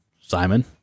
Simon